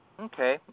Okay